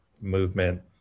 Movement